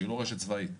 שהיא לא רשת צבאית,